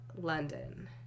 London